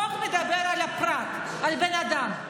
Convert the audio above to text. החוק מדבר על הפרט, על בן אדם.